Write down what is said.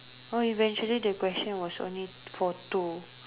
so eventually the question was only for two